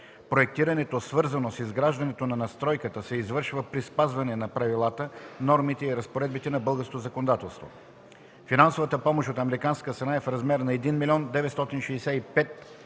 Проектирането, свързано с изграждането на надстройката, се извършва при спазване на правилата, нормите и разпоредбите на българското законодателство. Финансовата помощ от американска страна е в размер на 1 млн. 965 хил.